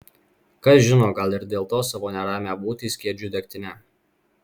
kas žino gal ir dėl to savo neramią būtį skiedžiu degtine